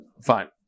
fine